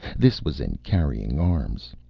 this was in carrying arms.